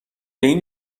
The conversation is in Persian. این